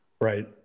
right